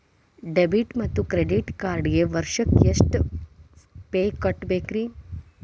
Debit ಮತ್ತು credit ಕಾರ್ಡ್ಗೆ ವರ್ಷಕ್ಕ ಎಷ್ಟ ಫೇ ಕಟ್ಟಬೇಕ್ರಿ?